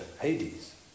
Hades